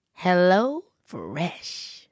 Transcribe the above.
HelloFresh